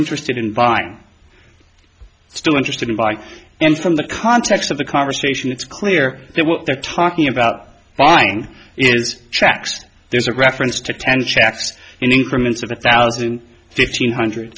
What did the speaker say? interested in buying still interested in buy and from the context of the conversation it's clear that what they're talking about buying is checks there's a reference to ten checks in increments of a thousand and fifteen hundred